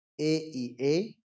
AEA